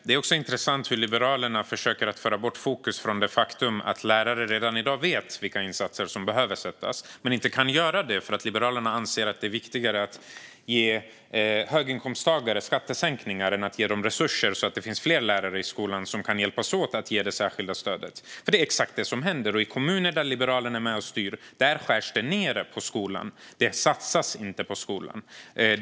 Det är också intressant hur Liberalerna försöker att föra bort fokus från det faktum att lärare redan i dag vet vilka insatser som behöver sättas in men inte kan göra det eftersom Liberalerna anser att det är viktigare att ge höginkomsttagare skattesänkningar än att ge resurser så att det finns fler lärare i skolan som kan hjälpas åt att ge det särskilda stödet. Det är exakt detta som händer. I kommuner där Liberalerna är med och styr skärs det ned på skolan; där satsas det inte på skolan.